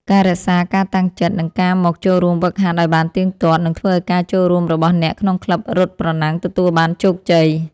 ការរក្សាការតាំងចិត្ត និងការមកចូលរួមហ្វឹកហាត់ឱ្យបានទៀងទាត់ នឹងធ្វើឱ្យការចូលរួមរបស់អ្នកក្នុងក្លឹបរត់ប្រណាំងទទួលបានជោគជ័យ។